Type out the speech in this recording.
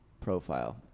profile